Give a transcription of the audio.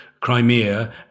Crimea